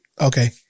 Okay